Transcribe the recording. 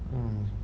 mm